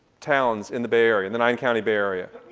towns, in the bay area, in the nine county bay area.